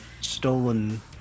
stolen